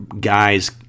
guys